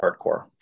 hardcore